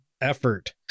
effort